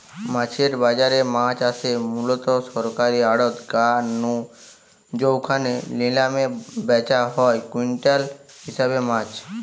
মাছের বাজারে মাছ আসে মুলত সরকারী আড়ত গা নু জউখানে নিলামে ব্যাচা হয় কুইন্টাল হিসাবে মাছ